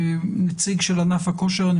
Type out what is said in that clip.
נציג של ענף הכושר,